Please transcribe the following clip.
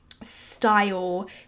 style